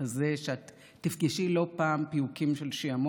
והידע שלך בתחום,